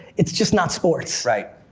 it's just not sports. right.